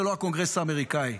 זה לא הקונגרס האמריקאי,